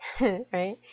right